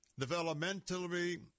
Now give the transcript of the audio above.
developmentally